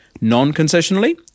Non-concessionally